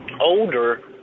older